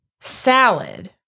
salad